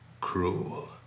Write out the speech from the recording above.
cruel